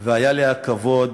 והיה לי הכבוד